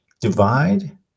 divide